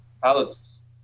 palettes